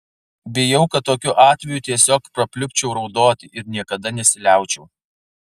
bijau kad tokiu atveju tiesiog prapliupčiau raudoti ir niekada nesiliaučiau